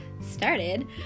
started